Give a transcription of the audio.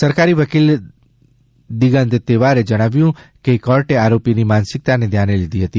સરકારે વકીલ દિગંત તેવારે જણાવ્યું છે કે કોર્ટે આરોપીની માનસિકતાને ધ્યાને લીધી હતી